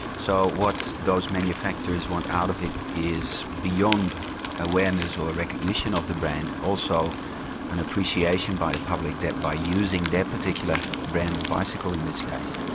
so, what those manufacturers want out of it is beyond awareness or recognition of the brand, also an appreciation by the public that by using their particular brand of bicycle in this case,